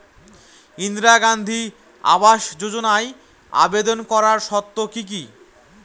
ইন্দিরা গান্ধী আবাস যোজনায় আবেদন করার শর্ত কি কি?